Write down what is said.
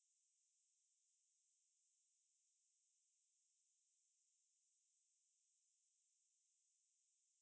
err volunteer at the that SINDA thing right so I went last year then our that was like the event planning so we were planning the camp